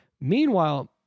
Meanwhile